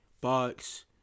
Bucks